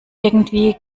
irgendwie